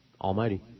Almighty